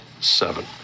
seven